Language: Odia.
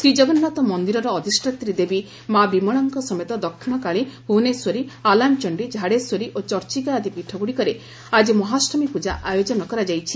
ଶ୍ରୀଜଗନ୍ତାଥ ମନ୍ଦିରର ଅଧିଷାତ୍ରୀ ଦେବୀ ମା' ବିମଳାଙ୍କ ସମେତ ଦକ୍ଷିଣକାଳୀ ଭୁବନେଶ୍ୱରୀ ଆଲାମଚଣ୍ଡୀ ଝାଡେଶ୍ୱରୀ ଓ ଚର୍ଚିକା ଆଦି ପୀଠ ଗୁଡ଼ିକରେ ଆଜି ମହାଅଷ୍ଟମୀ ପୂଜା ଆୟୋଜିତ ହେଉଛି